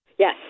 Yes